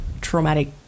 traumatic